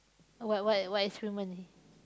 what what what experiment